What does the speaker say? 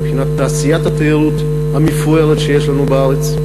מבחינת תעשיית התיירות המפוארת שיש לנו בארץ.